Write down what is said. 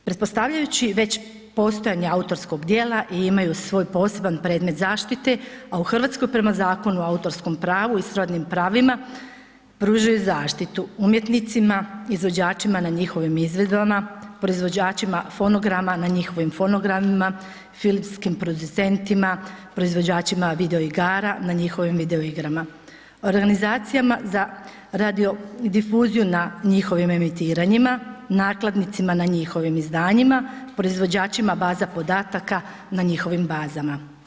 Pretpostavljajući već postojanje autorskog djela i imaju svoj poseban predmet zaštite, a u Hrvatskoj prema Zakonu o autorskom pravu i srodnim pravima pružaju zaštitu umjetnicima, izvođačima na njihovim izvedbama, proizvođačima fonograma na njihovih fonogramima, filmskim producentima, proizvođačima video igara na njihovim video igrama, organizacijama za radio difuziju na njihovim emitiranjima, nakladnicima na njihovim izdanjima, proizvođačima baza podataka na njihovim bazama.